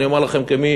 אני אומר לכם כמי